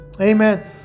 amen